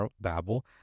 babble